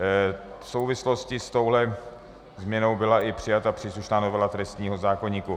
V souvislosti s touto změnou byla i přijata příslušná novela trestního zákoníku.